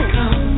Come